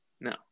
No